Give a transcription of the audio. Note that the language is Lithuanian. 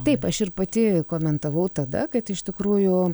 taip aš ir pati komentavau tada kad iš tikrųjų